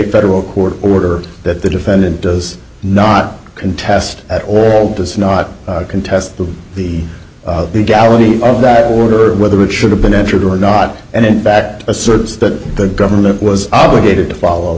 federal court order that the defendant does not contest at all does not contest the legality of that order whether it should have been entered or not and in fact asserts that the government was obligated to follow